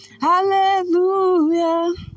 hallelujah